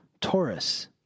Taurus